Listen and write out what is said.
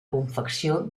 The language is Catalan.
confecció